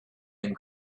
and